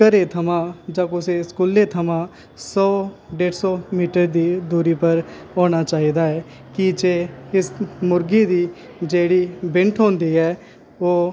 ओह् घरै थमां जां कुसै स्कूलै थमां सौ डेढ़ सौ मीटर दूरी उप्पर होना चाहिदा ऐ की जे मुर्गे दी जेह्ड़ी बैंठ होंदी ऐ ओह्